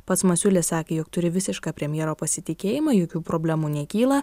pats masiulis sakė jog turi visišką premjero pasitikėjimą jokių problemų nekyla